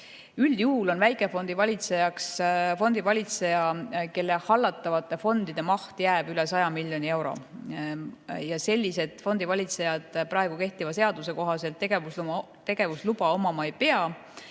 valitseja fondivalitseja, kelle hallatavate fondide maht [ei jää] üle 100 miljoni euro. Sellised fondivalitsejad kehtiva seaduse kohaselt tegevusluba omama ei pea.